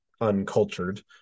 uncultured